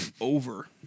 Over